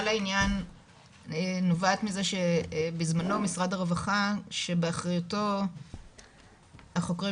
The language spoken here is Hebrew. לעניין נובעת מזה שבזמנו משרד הרווחה שבאחריותו החוקרים